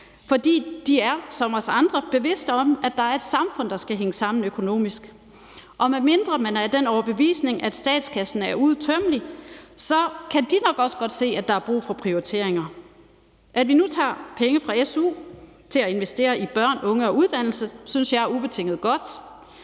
for de er som os andre bevidste om, at der er et samfund, der skal hænge sammen økonomisk. Og medmindre man er af den overbevisning, at statskassen er uudtømmelig, kan de nok også godt se, at der er brug for prioriteringer. At vi nu tager penge fra su til at investere i børn, unge og uddannelse, synes jeg er ubetinget godt.